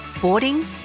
boarding